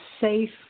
safe